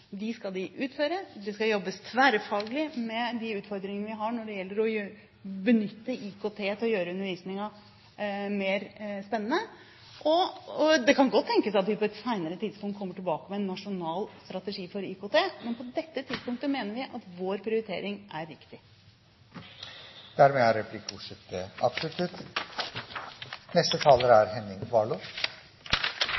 skal de utføre. Det skal jobbes tverrfaglig med de utfordringene vi har når det gjelder å benytte IKT for å gjøre undervisningen mer spennende. Og det kan godt tenkes at vi på et senere tidspunkt kommer tilbake til en nasjonal strategi for IKT, men på dette tidspunktet mener vi at vår prioritering er riktig. Dermed er replikkordskiftet avsluttet.